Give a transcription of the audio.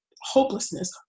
hopelessness